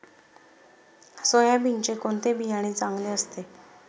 सोयाबीनचे कोणते बियाणे चांगले असते?